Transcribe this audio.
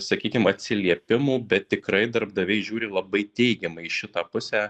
sakykim atsiliepimų bet tikrai darbdaviai žiūri labai teigiamai į šitą pusę